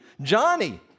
Johnny